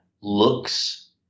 looks